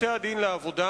בבתי-הדין לעבודה.